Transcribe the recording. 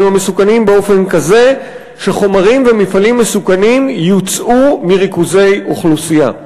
המסוכנים באופן כזה שחומרים ומפעלים מסוכנים יוצאו מריכוזי אוכלוסייה.